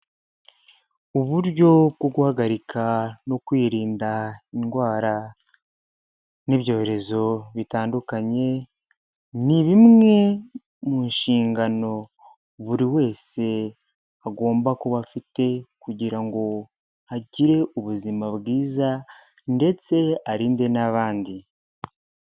Uburyo bwo guhagarika no kwirinda indwara n'ibyorezo bitandukanye, ni bimwe mu nshingano buri wese agomba kuba afite, kugira ngo agire ubuzima bwiza ndetse arinde n'abandi.